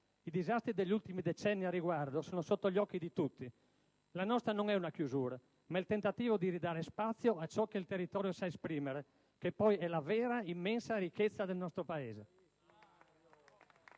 I disastri degli ultimi decenni al riguardo sono sotto gli occhi di tutti. La nostra non è una chiusura, ma il tentativo di ridare spazio a ciò che il territorio sa esprimere, che poi è la vera immensa ricchezza del nostro Paese.